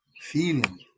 Feeling